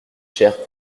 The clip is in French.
chair